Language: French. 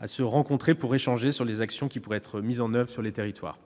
à se rencontrer pour échanger sur les actions pouvant être mises en oeuvre sur le territoire.